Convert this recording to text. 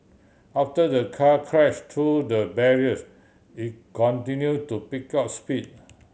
after the car crash through the barriers it continue to pick up speed